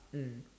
mm